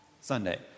Sunday